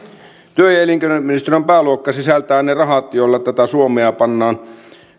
työ ja elinkeinoministeriön pääluokka sisältää ne rahat joilla tätä suomea pannaan